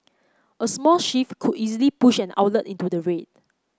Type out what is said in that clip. a small shift could easily push an outlet into the red